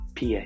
PA